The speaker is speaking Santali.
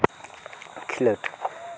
ᱠᱷᱮᱞᱳᱰ